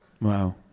Wow